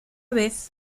vez